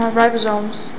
ribosomes